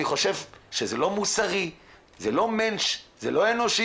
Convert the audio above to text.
אני חושב שזה לא מוסרי וזה לא אנושי.